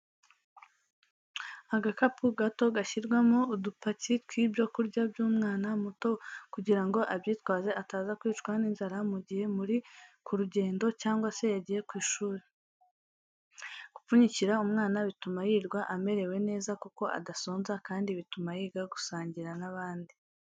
Agakapu gato gashyirwamo udupaki tw'ibyo kurya by'umwana muto kugira ngo abyitwaze ataza kwicwa n'inzara mu gihe muri ku rugendo cyangwa se yagiye ku ishuri. Gupfunyikira umwana bituma yirirwa amerewe neza kuko adasonza kandi bituma yiga gusangira n'abandi.